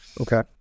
Okay